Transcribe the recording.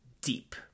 deep